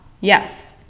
yes